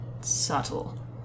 subtle